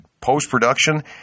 post-production